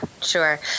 sure